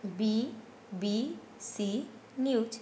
BBC news